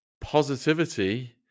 positivity